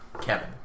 Kevin